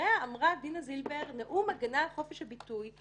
בדבריה אמרה דינה זילבר נאום הגנה על חופש הביטוי,